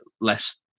less